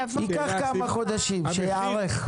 זה ייקח כמה חודשים, שייערך.